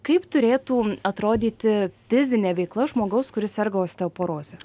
kaip turėtų atrodyti fizinė veikla žmogaus kuris serga osteoporoze